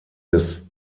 des